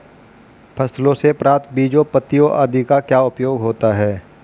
फसलों से प्राप्त बीजों पत्तियों आदि का क्या उपयोग होता है?